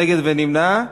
נגד ונמנע.